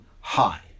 high